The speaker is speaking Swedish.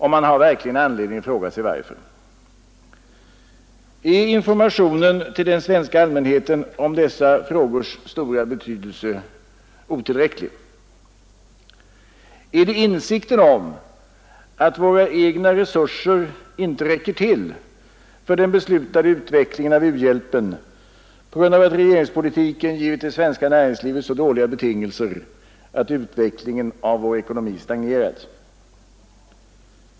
Man har verkligen anledning fråga sig varför. Är informationen till den svenska allmänheten om dessa frågors stora betydelse otillräcklig? Är det insikten om att våra egna resurser inte räcker till för den beslutade utvecklingen av u-hjälpen på grund av att regeringspolitiken givit det svenska näringslivet så dåliga betingelser att utvecklingen av vår ekonomi stagnerat?